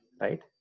Right